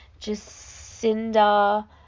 Jacinda